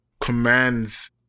commands